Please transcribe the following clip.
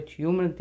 human